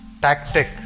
tactic